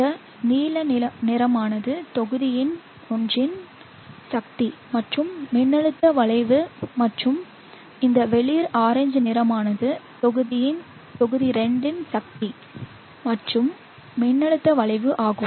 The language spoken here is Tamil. இந்த நீல நிறமானது தொகுதி ஒன்றின் சக்தி மற்றும் மின்னழுத்த வளைவு மற்றும் இந்த வெளிர் ஆரஞ்சு நிறமானது தொகுதி இரண்டின் சக்தி மற்றும் மின்னழுத்த வளைவு ஆகும்